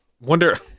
wonder